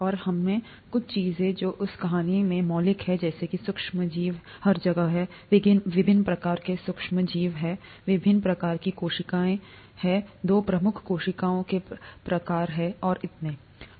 और हम कुछ चीजें जो उस कहानी से मौलिक हैं जैसे कि सूक्ष्मजीव हैं हर जगह विभिन्न प्रकार के सूक्ष्मजीव विभिन्न प्रकार की कोशिकाएं दो प्रमुख कोशिकाओं के प्रकार और इतने पर